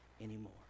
anymore